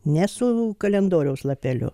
ne su kalendoriaus lapeliu